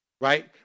right